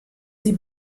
sie